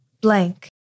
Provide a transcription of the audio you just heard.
blank